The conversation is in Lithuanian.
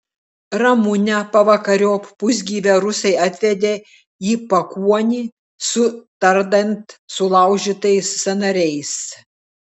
ramunę pavakariop pusgyvę rusai atvedė į pakuonį su tardant sulaužytais sąnariais